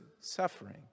suffering